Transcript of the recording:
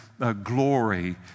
glory